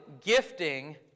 gifting